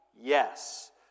yes